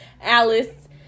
Alice